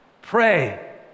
pray